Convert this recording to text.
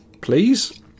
Please